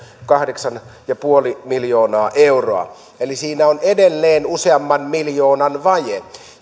kahdeksan pilkku viisi miljoonaa euroa eli siinä on edelleen useamman miljoonan vaje